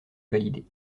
validées